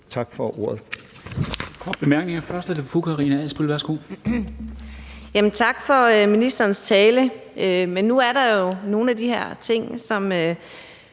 Tak for ordet.